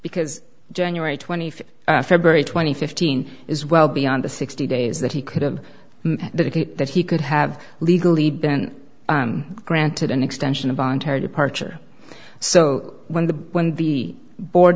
because january twenty fifth february twenty fifteen is well beyond the sixty days that he could have that he could have legally been granted an extension of voluntary departure so when the when the board